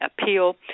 appeal